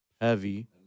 heavy